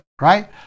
Right